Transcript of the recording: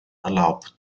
erlaubt